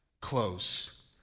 Close